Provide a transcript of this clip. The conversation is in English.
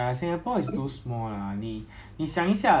ya ya then you you just fly I think like